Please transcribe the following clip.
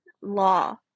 law